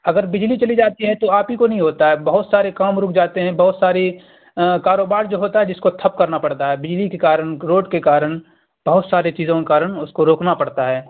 اگر بجلی چلی جاتی ہے تو آپ ہی کو نہیں ہوتا ہے بہت سارے کام رک جاتے ہیں بہت ساری کاروبار جو ہوتا ہے جس کو تھپ کرنا پڑتا ہے بجلی کے کارن گروتھ کے کارن بہت ساری چیزوں کے کارن اس کو روکنا پڑتا ہے